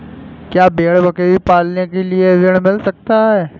क्या भेड़ बकरी पालने के लिए ऋण मिल सकता है?